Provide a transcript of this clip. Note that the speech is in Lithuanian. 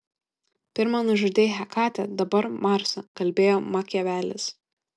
pirma nužudei hekatę dabar marsą kalbėjo makiavelis